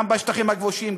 גם בשטחים הכבושים,